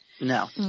No